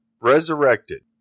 resurrected